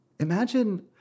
Imagine